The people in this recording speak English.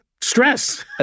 stress